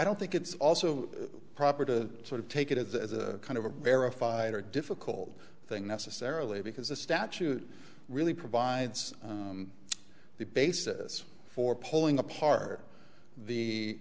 don't think it's also proper to sort of take it as a kind of a verified or difficult thing necessarily because the statute really provides the basis for pulling apart the